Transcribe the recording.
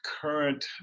current